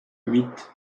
huit